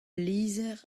lizher